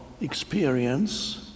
experience